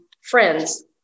friends